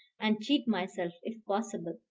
and cheat myself, if possible,